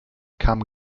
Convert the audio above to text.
kam